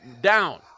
down